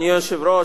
אדוני היושב-ראש,